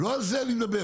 לא על זה אני מדבר.